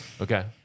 Okay